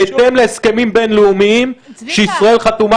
ובהתאם להסכמים בין-לאומיים שישראל חתומה